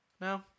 No